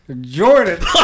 Jordan